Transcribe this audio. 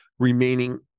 remaining